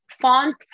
font